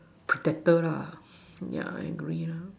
protector lah yeah I agree lor